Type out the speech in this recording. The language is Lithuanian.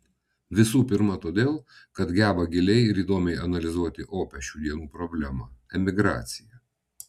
visų pirma todėl kad geba giliai ir įdomiai analizuoti opią šių dienų problemą emigraciją